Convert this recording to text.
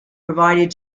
provided